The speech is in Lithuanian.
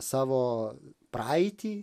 savo praeitį